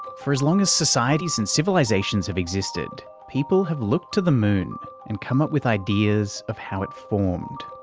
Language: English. for as long as societies and civilisations have existed, people have looked to the moon and come up with ideas of how it formed.